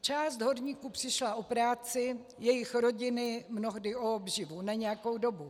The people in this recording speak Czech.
Část horníků přišla o práci, jejich rodiny mnohdy o obživu na nějakou dobu.